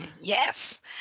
Yes